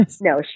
No